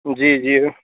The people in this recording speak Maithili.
जी जी